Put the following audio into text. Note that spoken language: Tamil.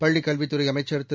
பள்ளிக் கல்வித் துறை அமைச்சர் திரு